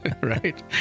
Right